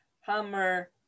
hammer